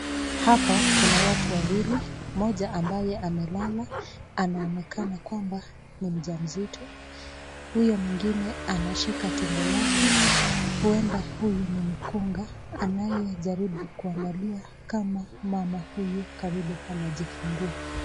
Hapa kuna watu wawili, mmoja ambaye amelala inaonekana kuwa ni mjamzito, huyo mwengine anashika tumbo lake huenda huyu ni mkunga anajaribu kuangalia kama mama huyu karibu anajifungua.